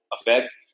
effect